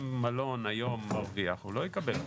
אם מלון היום מרוויח הוא לא יקבל.